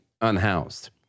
unhoused